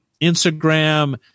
Instagram